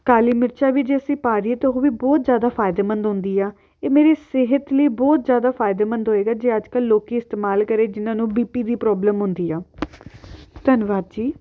ਕਾਲੀ ਮਿਰਚਾਂ ਵੀ ਜੇ ਅਸੀਂ ਪਾ ਦਈਏ ਤਾਂ ਉਹ ਵੀ ਬਹੁਤ ਜ਼ਿਆਦਾ ਫਾਇਦੇਮੰਦ ਹੁੰਦੀ ਆ ਇਹ ਮੇਰੀ ਸਿਹਤ ਲਈ ਬਹੁਤ ਜ਼ਿਆਦਾ ਫਾਇਦੇਮੰਦ ਹੋਏਗਾ ਜੇ ਅੱਜ ਕੱਲ੍ਹ ਲੋਕ ਇਸਤੇਮਾਲ ਕਰੇ ਜਿਨ੍ਹਾਂ ਨੂੰ ਬੀਪੀ ਦੀ ਪ੍ਰੋਬਲਮ ਹੁੰਦੀ ਆ ਧੰਨਵਾਦ ਜੀ